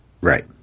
Right